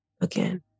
again